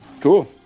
Cool